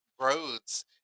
roads